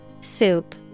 Soup